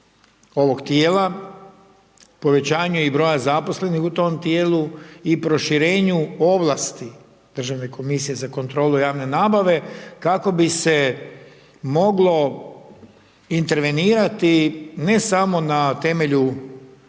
ovog tijela, povećanju i broja zaposlenih u tom tijelu i proširenju ovlasti Državne komisije za kontrolu javne nabave kako bi se moglo intervenirati ne samo na temelju